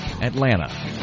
Atlanta